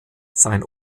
sein